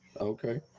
Okay